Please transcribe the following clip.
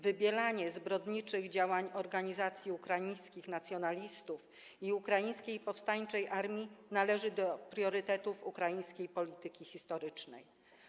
Wybielanie zbrodniczych działań Organizacji Ukraińskich Nacjonalistów i Ukraińskiej Powstańczej Armii należy do priorytetów ukraińskiej polityki historycznej.